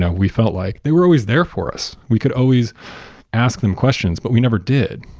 yeah we felt like they were always there for us. we could always ask them questions, but we never did.